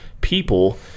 people